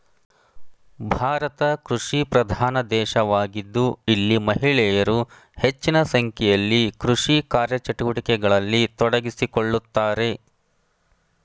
ಭಾರತ ಕೃಷಿಪ್ರಧಾನ ದೇಶವಾಗಿದ್ದು ಇಲ್ಲಿ ಮಹಿಳೆಯರು ಹೆಚ್ಚಿನ ಸಂಖ್ಯೆಯಲ್ಲಿ ಕೃಷಿ ಕಾರ್ಯಚಟುವಟಿಕೆಗಳಲ್ಲಿ ತೊಡಗಿಸಿಕೊಳ್ಳುತ್ತಾರೆ